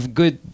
good